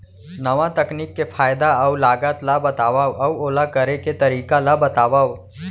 नवा तकनीक के फायदा अऊ लागत ला बतावव अऊ ओला करे के तरीका ला बतावव?